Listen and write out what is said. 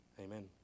Amen